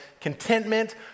contentment